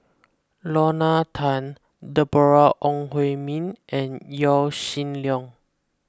Lorna Tan Deborah Ong Hui Min and Yaw Shin Leong